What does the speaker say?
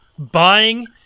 Buying